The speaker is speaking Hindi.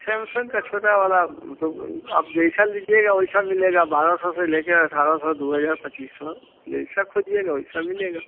सैमसंग का छोटा वाला मतलब अब जैसा लीजिएगा वैसा मिलेगा बारह सौ से ले के अठारह सौ दो हजार पच्चीस सौ जैसा खोजिएगा वैसा मिलेगा